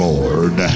Lord